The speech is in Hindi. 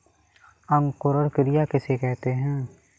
अंकुरण क्रिया किसे कहते हैं?